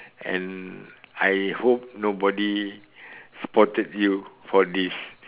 and I hope nobody spotted you for this